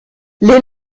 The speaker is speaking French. les